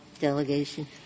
delegation